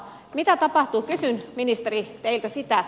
mitä tapahtuu kysyn ministeri teiltä sitä